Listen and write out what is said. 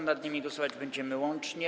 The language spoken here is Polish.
Nad nimi głosować będziemy łącznie.